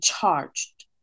charged